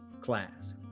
class